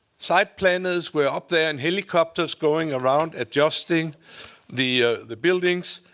site planers were up there in helicopters going around adjusting the the buildings.